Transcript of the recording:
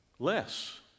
less